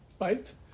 right